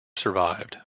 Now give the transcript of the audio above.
survived